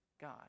God